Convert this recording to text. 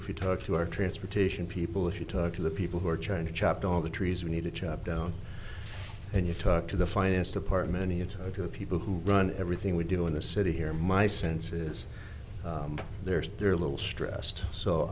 if you talk to our transportation people if you talk to the people who are trying to chop all the trees we need to chop down and you talk to the finance department here to go to the people who run everything we do in the city here my sense is there's they're a little stressed so